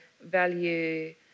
value